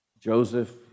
Joseph